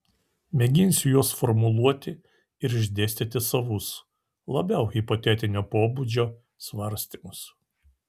mėginsiu juos formuluoti ir išdėstyti savus labiau hipotetinio pobūdžio svarstymus